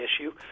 issue